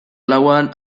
lauan